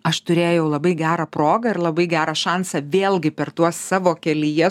aš turėjau labai gerą progą ir labai gerą šansą vėlgi per tuos savo kelyje